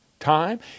Time